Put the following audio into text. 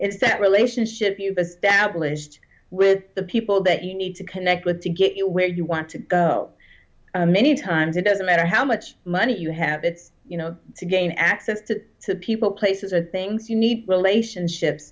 it's that relationship you've established with the people that you need to connect with to get you where you want to go many times it doesn't matter how much money you have it's you know to gain access to to people places or things you need relationships